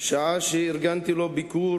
שעה שארגנתי לו ביקור